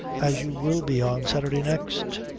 as you will be on saturday next?